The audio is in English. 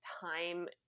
time